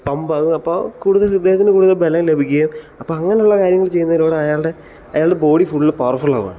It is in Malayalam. പമ്പ് ആകും അപ്പോൾ കൂടുതൽ ഹൃദയത്തിന് കൂടുതൽ ബലം ലഭിക്കുകയും അപ്പോൾ അങ്ങനെയുള്ള കാര്യങ്ങൾ ചെയ്യുന്നതിലൂടെ അയാളുടെ അയാളുടെ ബോഡി ഫുൾ പവർഫുൾ ആവുകാണ്